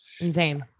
Insane